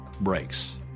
breaks